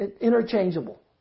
interchangeable